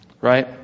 Right